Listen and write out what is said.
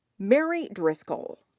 mary driscoll.